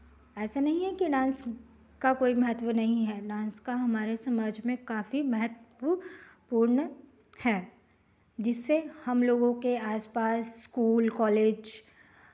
ऐसा नहीं है कि डांस का कोई महत्व नहीं है डांस का हमारे समाज में काफी महत्वपू पूर्ण है जिससे हमलोगों के आसपास स्कूल कॉलेज